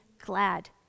glad